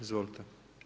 Izvolite.